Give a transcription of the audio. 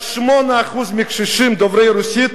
רק 8% מהקשישים דוברי הרוסית